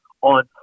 on